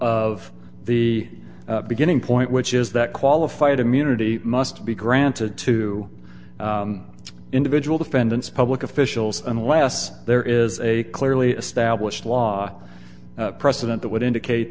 of the beginning point which is that qualified immunity must be granted to individual defendants public officials unless there is a clearly established law precedent that would indicate